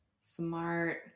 Smart